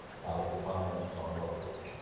colleague of mine on what the flick,